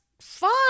fun